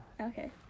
Okay